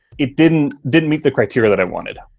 it didn't didn't meet the criteria that i wanted.